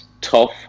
tough